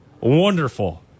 wonderful